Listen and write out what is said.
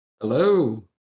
Hello